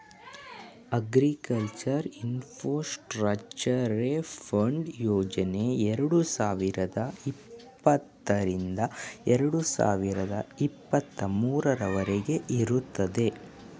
agriculture infrastructure fund ಯೋಜನೆ ಎರಡು ಸಾವಿರದ ಇಪ್ಪತ್ತರಿಂದ ಎರಡು ಸಾವಿರದ ಇಪ್ಪತ್ತ ಮೂರವರಗೆ ಇರುತ್ತದೆ